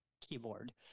keyboard